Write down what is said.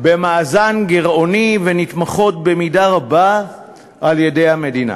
במאזן גירעוני ונתמכות במידה רבה על-ידי המדינה,